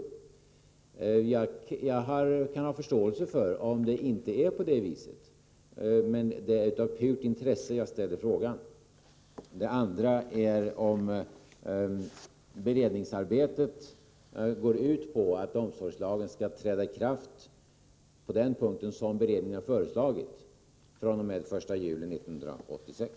Jag frågar alltså om detta är möjligt. Om det inte är på det viset, kan jag ha förståelse för detta. Men det är av purt intresse jag ställer frågan. En annan fråga som jag vill ställa är om beredningsarbetet går ut på att omsorgslagen skall träda i kraft, på den punkt som beredningen har föreslagit, den 1 juli 1986.